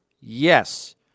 Yes